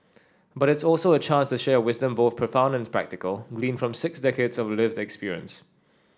but it's also a chance to share wisdom both profound and practical gleaned from six decades of lived experience